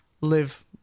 live